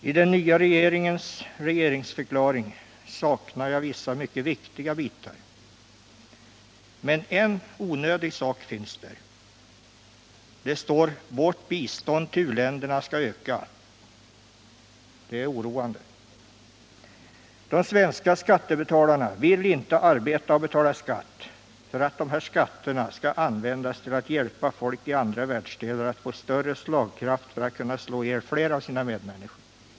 I den nya regeringens regeringsförklaring saknar jag vissa mycket viktiga bitar. Men en onödig passus finns där, nämligen följande: ” Vårt bistånd till uländerna skall öka.” Det är oroande. De svenska skattebetalarna vill inte arbeta och betala skatt för att dessa skatter skall användas till att hjälpa folk i andra världsdelar att få större slagkraft för att kunna slå ihjäl fler av sina medmänniskor.